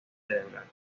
cerebral